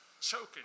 choking